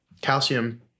Calcium